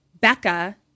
Becca